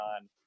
on